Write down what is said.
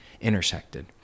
intersected